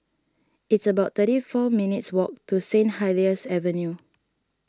it's about thirty four minutes' walk to Saint Helier's Avenue